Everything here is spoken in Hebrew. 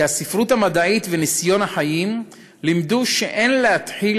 כי הספרות המדעית וניסיון החיים לימדו שאין להתחיל